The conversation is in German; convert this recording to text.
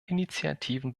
initiativen